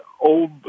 old